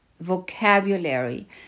vocabulary